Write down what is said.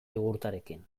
jogurtarekin